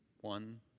one